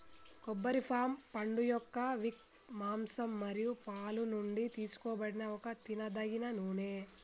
కొబ్బరి పామ్ పండుయొక్క విక్, మాంసం మరియు పాలు నుండి తీసుకోబడిన ఒక తినదగిన నూనె